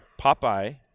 Popeye